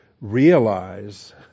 realize